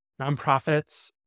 nonprofits